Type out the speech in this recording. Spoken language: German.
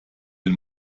den